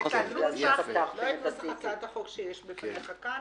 לא את נוסח הצעת החוק שיש בפניך כאן